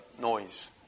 noise